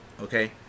Okay